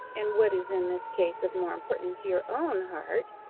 and, what is in this case of more importance, your own heart,